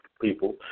people